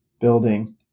building